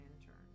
intern